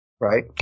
Right